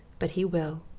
but he will.